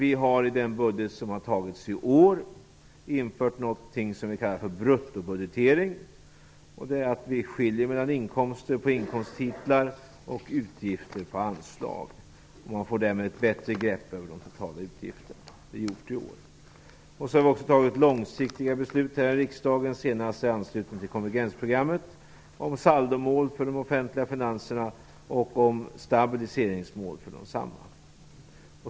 I den budget som tagits i år har vi infört vad som kallas för bruttobudgetering - vi skiljer mellan inkomster på inkomsttitlar och utgifter på anslag. Man får därmed ett bättre grepp över de totala utgifterna. Detta är gjort i år. Vidare har vi tagit långsiktiga beslut här i riksdagen, senast i anslutning till konvergensprogrammet, om saldomål för de offentliga finanserna och om stabiliseringsmål för desamma.